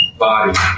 Body